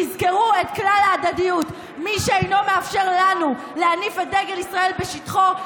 תזכרו את כלל ההדדיות: מי שאינו מאפשר לנו להניף את דגל ישראל בשטחו,